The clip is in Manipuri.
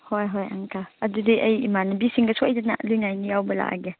ꯍꯣꯏ ꯍꯣꯏ ꯑꯪꯀꯜ ꯑꯗꯨꯗꯤ ꯑꯩ ꯏꯃꯥꯟꯅꯕꯤꯁꯤꯡꯒ ꯁꯣꯏꯗꯅ ꯂꯨꯏ ꯉꯥꯏꯅꯤ ꯌꯥꯎꯕ ꯂꯥꯛꯂꯒꯦ